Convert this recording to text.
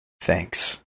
thanks